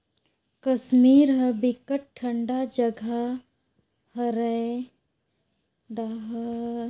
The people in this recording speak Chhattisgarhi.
कस्मीर ह बिकट ठंडा जघा हरय ए डाहर अलगे नसल के छेरी बोकरा पाले जाथे, ए नसल के छेरी बोकरा के चूंदी के रेसा बनाल जाथे